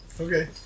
Okay